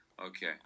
Okay